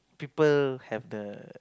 people have the